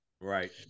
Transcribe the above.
Right